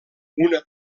una